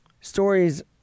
Stories